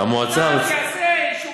אישורים.